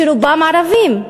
שרובם ערבים.